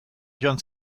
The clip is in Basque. joan